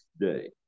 day